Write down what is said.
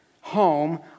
home